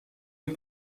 این